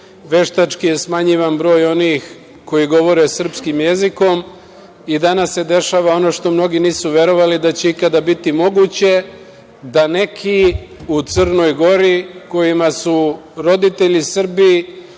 veštački je smanjivan broj onih koji govore srpskim jezikom i danas se dešava ono što mnogi nisu verovali da će ikada biti moguće, da neki u Crnoj Gori kojima su roditelji Srbi,